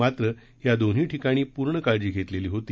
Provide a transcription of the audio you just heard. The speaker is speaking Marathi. मात्र या दोन्ही ठिकाणी पूर्ण काळजी घेतलेली होती